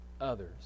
others